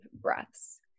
breaths